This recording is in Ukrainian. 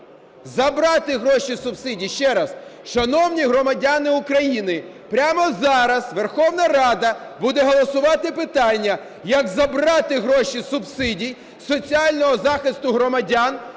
Забрати гроші з субсидій, ще раз. Шановні громадяни України, прямо зараз Верховна Рада буде голосувати питання, як забрати гроші з субсидій, соціального захисту громадян